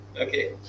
Okay